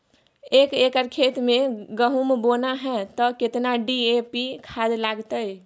एक एकर खेत मे गहुम बोना है त केतना डी.ए.पी खाद लगतै?